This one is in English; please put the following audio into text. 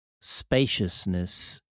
spaciousness